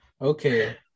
Okay